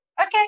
okay